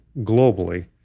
globally